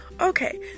Okay